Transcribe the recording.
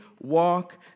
walk